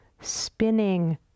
spinning